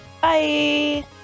Bye